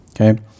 Okay